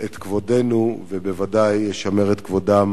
את כבודנו ובוודאי ישמר את כבודם